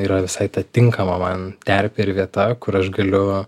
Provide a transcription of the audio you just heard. yra visai ta tinkama man terpė ir vieta kur aš galiu